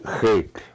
hate